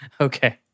okay